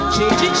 Change